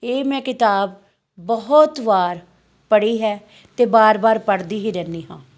ਇਹ ਮੈਂ ਕਿਤਾਬ ਬਹੁਤ ਵਾਰ ਪੜ੍ਹੀ ਹੈ ਅਤੇ ਵਾਰ ਵਾਰ ਪੜ੍ਹਦੀ ਹੀ ਰਹਿੰਦੀ ਹਾਂ